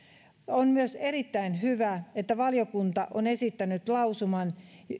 on myös erittäin hyvä että valiokunta on esittänyt lausuman